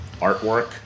artwork